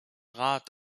rat